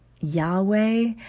Yahweh